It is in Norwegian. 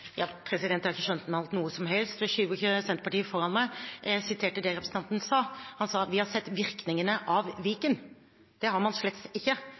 Jeg har ikke skjønnmalt noe som helst. Jeg skyver ikke Senterpartiet foran meg. Jeg siterte det representanten sa. Han sa at vi har sett virkningene av Viken. Det har man slett ikke.